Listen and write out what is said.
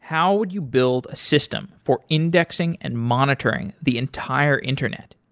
how would you build a system for indexing and monitoring the entire internet?